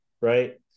right